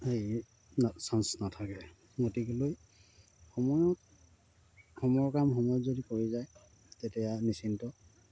হেৰি চান্স নাথাকে গতিকেলৈ সময়ত সময়ৰ কাম সময়ত যদি কৰি যায় তেতিয়া নিশ্চিন্ত